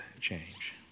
change